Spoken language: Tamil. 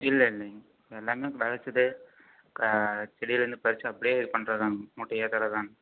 இல்லை இல்லைங்க எல்லாமே விளைச்சது க செடிலேருந்து பறித்து அப்படியே பண்ணுறதுதாங்க மூட்டையாக தர்றதுதாங்க